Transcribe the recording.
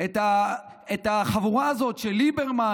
את החבורה הזאת של ליברמן,